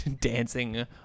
Dancing